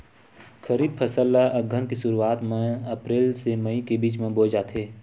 खरीफ फसल ला अघ्घन के शुरुआत में, अप्रेल से मई के बिच में बोए जाथे